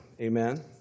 Amen